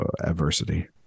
adversity